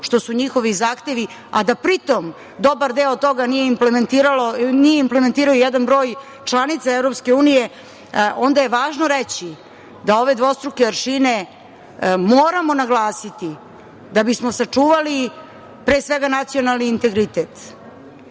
što su njihovi zahtevi, a da pritom dobar deo toga nije implementirao jedan broj članica Evropske unije, onda je važno reći da ove dvostruke aršine moramo naglasiti da bismo sačuvali pre svega nacionalni integritet.